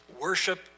worship